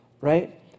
right